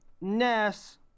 Ness